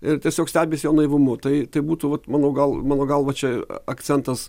ir tiesiog stebisi jo naivumu tai tai būtų vat manau gal mano galva čia akcentas